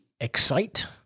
excite